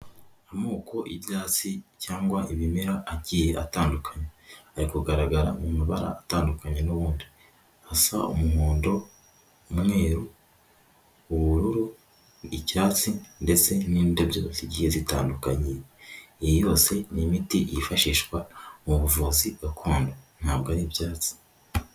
Amoko y'ibyatsi cyangwa ibimera agiye atandukanye, ari kugaragara mu mabara atandukanye nubundi, hasa umuhondo umweru ubururu icyatsi ndetse n'indabyo zigiye zitandukanye, iyi yose ni imiti yifashishwa mu buvuzi gakondo, ntabwo ari ibyatsi.